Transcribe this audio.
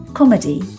comedy